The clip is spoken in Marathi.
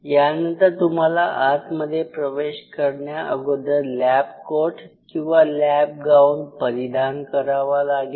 यानंतर तुम्हाला आतमध्ये प्रवेश करण्याअगोदर लॅब कोट किंवा लॅब गाऊन परिधान करावा लागेल